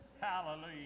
Hallelujah